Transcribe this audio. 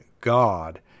god